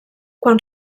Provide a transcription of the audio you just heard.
quan